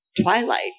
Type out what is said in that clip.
twilight